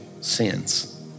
sins